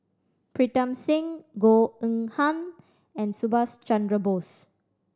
Pritam Singh Goh Eng Han and Subhas Chandra Bose